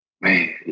man